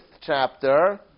chapter